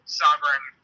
sovereign